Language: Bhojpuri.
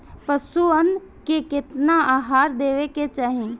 पशुअन के केतना आहार देवे के चाही?